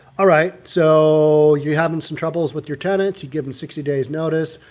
all right, so you haven't some troubles with your tenants, you give them sixty days notice,